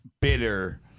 bitter